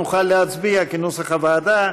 נוכל להצביע כנוסח הוועדה.